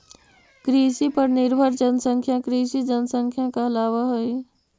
कृषि पर निर्भर जनसंख्या कृषि जनसंख्या कहलावऽ हई